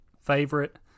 favorite